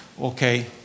Okay